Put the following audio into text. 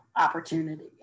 opportunity